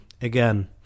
again